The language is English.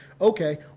Okay